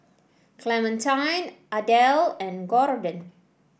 Clementine Adel and Gordon